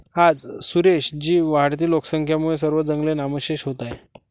आज सुरेश जी, वाढत्या लोकसंख्येमुळे सर्व जंगले नामशेष होत आहेत